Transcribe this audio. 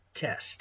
test